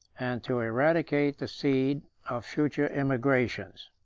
and to eradicate the seed of future emigrations.